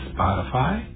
Spotify